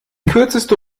kürzeste